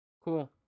Cool